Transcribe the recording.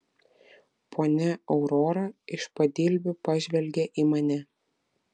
ponia aurora iš padilbų pažvelgė į mane